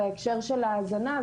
בהקשר של ההזנה,